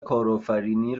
کارآفرینی